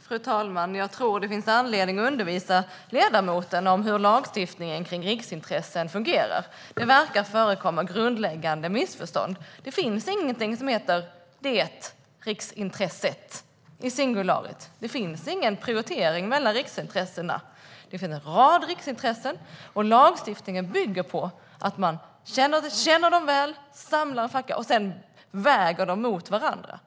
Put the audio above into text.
Fru talman! Jag tror att det finns anledning att undervisa ledamoten om hur lagstiftningen kring riksintressen fungerar. Det verkar förekomma grundläggande missförstånd. Det finns ingenting som heter "det riksintresset" i singular. Det finns ingen prioritering mellan riksintressena. Det finns en rad riksintressen, och lagstiftningen bygger på att man känner dem väl, samlar fakta och sedan väger dem mot varandra.